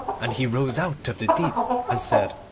and he rose out of the deep and said,